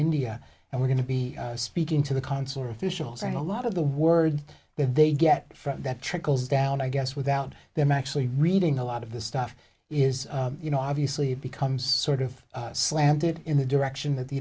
india and we're going to be speaking to the consular officials and a lot of the word that they get from that trickles down i guess without them actually reading a lot of the stuff is you know obviously it becomes sort of slanted in the direction th